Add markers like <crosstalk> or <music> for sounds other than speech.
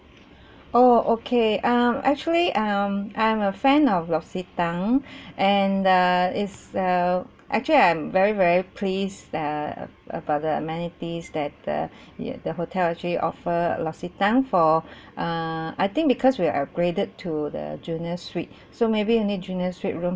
oh okay um actually um I'm a fan of l'occitane <breath> and err is err actually I'm very very please err about the amenities that the y~ the hotel actually offer l'occitane for <breath> err I think because we upgraded to the junior suite so maybe only junior suite room